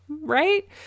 right